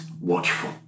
watchful